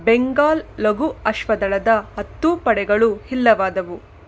ಬೆಂಗಾಲ್ ಲಘು ಅಶ್ವದಳದ ಹತ್ತೂ ಪಡೆಗಳು ಇಲ್ಲವಾದವು